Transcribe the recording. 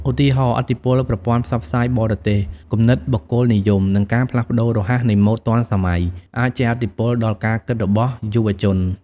ឧទាហរណ៍ ឥទ្ធិពលប្រព័ន្ធផ្សព្វផ្សាយបរទេស គំនិតបុគ្គលនិយម និងការផ្លាស់ប្ដូររហ័សនៃម៉ូដទាន់សម័យ អាចជះឥទ្ធិពលដល់ការគិតរបស់យុវជន។